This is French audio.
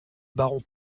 baron